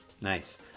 nice